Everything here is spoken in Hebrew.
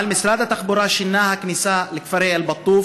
אבל משרד התחבורה שינה את הכניסה לכפרי אל-בטוף